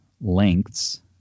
lengths